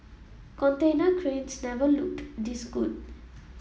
container cranes never looked this good